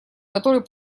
который